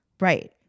Right